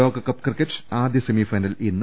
ലോകകപ്പ് ക്രിക്കറ്റ് ആദ്യ semi final ഇന്ന്